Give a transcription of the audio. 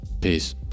Peace